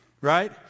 right